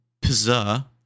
pizza